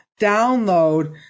download